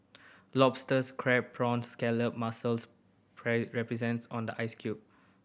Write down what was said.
lobsters crab prawns scallop mussels resents on the ice cute